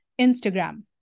instagram